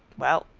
well,